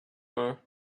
her